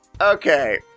Okay